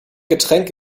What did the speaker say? getränk